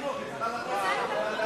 הוא רוצה להגן עליה.